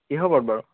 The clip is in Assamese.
কিহৰ ওপৰত বাৰু